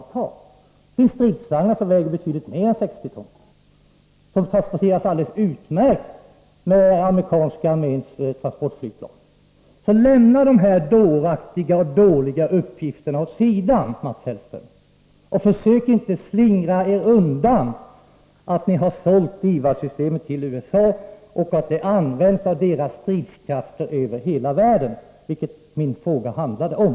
Det finns stridsvagnar som väger betydligt mer än 60 ton och som transporteras alldeles utmärkt med amerikanska transportflygplan. Så lämna de här dåraktiga och dåliga uppgifterna åt sidan, Mats Hellström. Försök inte slingra er undan att ni har sålt DIVAD-systemet till USA och att det används av amerikanska stridskrafter över hela världen, vilket min fråga handlade om.